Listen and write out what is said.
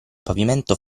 pavimento